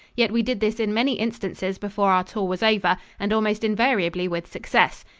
yet we did this in many instances before our tour was over and almost invariably with success.